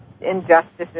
injustices